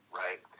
right